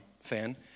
fan